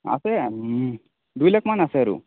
আছে দুই লাখমান আছে আৰু